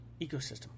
ecosystem